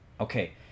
Okay